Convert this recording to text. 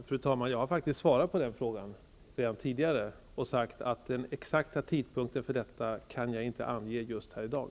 Fru talman! Jag har faktiskt svarat på den frågan redan tidigare och sagt att jag inte kan ange den exakta tidpunkten för detta här i dag.